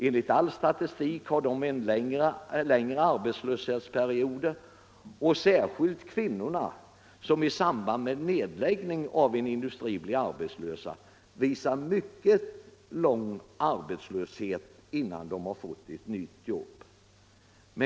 Enligt all statistik har den gruppen längre arbetslöshetsperioder, och särskilt kvinnorna som i samband med nedläggning av en industri blir arbetslösa visar mycket lång arbetslöshet innan de får ett nytt jobb.